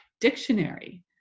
dictionary